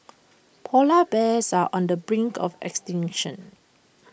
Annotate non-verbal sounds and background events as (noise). Polar Bears are on the brink of (noise) extinction